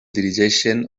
dirigeixen